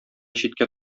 читкә